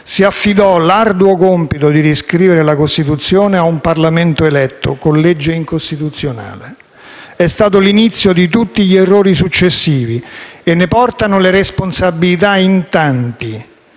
si affidò l'arduo compito di riscrivere la Costituzione a un Parlamento eletto con legge incostituzionale. È stato l'inizio di tutti gli errori successivi e ne portano la responsabilità in tanti,